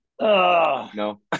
No